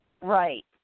Right